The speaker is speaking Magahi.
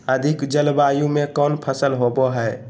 अधिक जलवायु में कौन फसल होबो है?